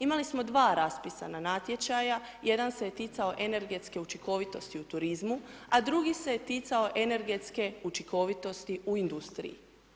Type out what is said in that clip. Imali smo dva raspisana natječaja, jedan se ticao energetske učinkovitosti u turizmu a drugi se ticao energetske učinkovitosti u industriji.